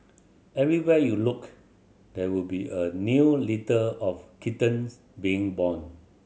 everywhere you looked there would be a new litter of kittens being born